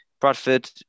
Bradford